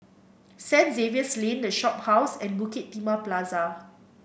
Saint Xavier's Lane The Shophouse and Bukit Timah Plaza